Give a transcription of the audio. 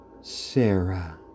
Sarah